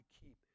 keep